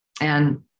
and-